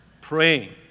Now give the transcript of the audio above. praying